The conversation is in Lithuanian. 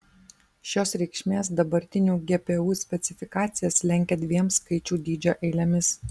šios reikšmės dabartinių gpu specifikacijas lenkia dviem skaičių dydžio eilėmis